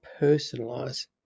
personalize